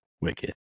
Wicked